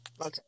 Okay